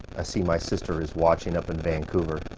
i see my sister is watching up in vancouver.